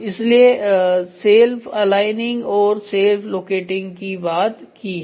इसलिए self aligning और self locating की बात की है